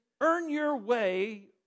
earn-your-way